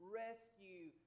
rescue